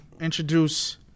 introduce